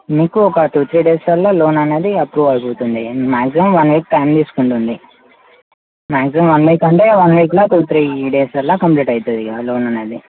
మీకు ఒక two three డేస్లల్లో లోన్ అనేది అప్రూవ్ అయిపోతుంది మ్యాక్సిమం వన్ వీక్ టైం తీసుకుంటుంది మ్యాక్సిమం వన్ వీక్ అంటే వన్ వీక్లో టూ త్రీ డేస్లల్లో కంప్లీట్ అవుతుంది ఇక లోన్ అనేది